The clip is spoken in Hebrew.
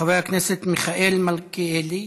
חבר הכנסת מיכאל מלכיאלי,